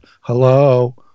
hello